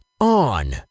On